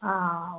ആ